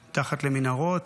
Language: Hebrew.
מתחת, במנהרות,